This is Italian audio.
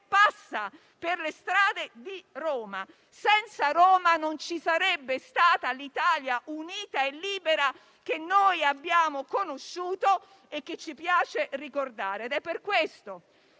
passa per le strade di Roma. Senza Roma non ci sarebbe stata l'Italia unita e libera che noi abbiamo conosciuto e che ci piace ricordare. È per questo che